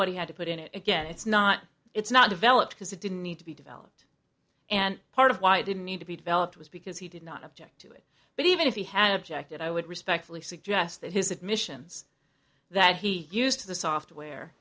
what he had to put in it again it's not it's not developed because it didn't need to be developed and part of why it didn't need to be developed was because he did not object to it but even if he had objected i would respectfully suggest that his admissions that he used the software